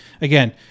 again